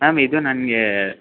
ma'am ಇದು ನನಗೆ